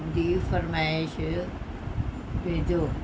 ਦੀ ਫ਼ਰਮਾਇਸ਼ ਭੇਜੋ